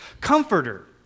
Comforter